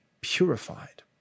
purified